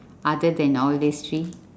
other than all these three